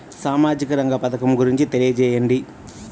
సామాజిక రంగ పథకం గురించి తెలియచేయండి?